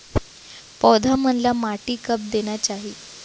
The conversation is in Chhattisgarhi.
पौधा मन ला माटी कब देना चाही?